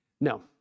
No